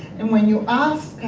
and when you ask